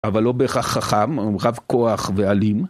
אבל לא בהכרח חכם, הוא רב כוח ואלים.